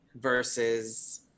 versus